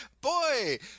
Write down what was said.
boy